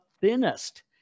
thinnest